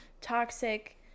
toxic